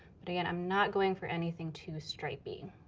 but again, i'm not going for anything too stripey.